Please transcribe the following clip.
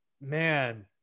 man